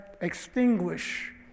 extinguish